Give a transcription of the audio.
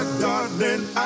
darling